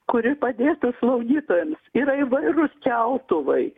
kuri padėtų slaugytojams yra įvairūs keltuvai